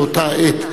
באותה העת,